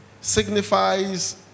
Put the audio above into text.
signifies